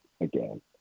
again